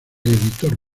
editor